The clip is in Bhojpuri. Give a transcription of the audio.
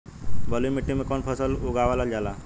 बलुई मिट्टी में कवन फसल उगावल जाला?